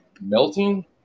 melting